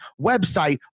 website